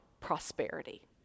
prosperity